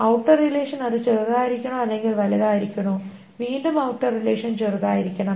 outer relation അത് ചെറുതായിരിക്കണോ അല്ലെങ്കിൽ വലുതായിരിക്കണോ വീണ്ടും ഔട്ടർ റിലേഷൻ ചെറുതായിരിക്കണം